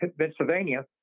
Pennsylvania